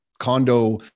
condo